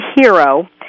hero